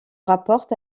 rapportent